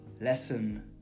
Lesson